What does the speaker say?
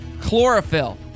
Chlorophyll